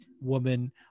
woman